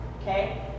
okay